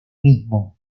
mismo